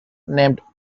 named